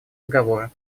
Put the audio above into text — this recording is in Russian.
договора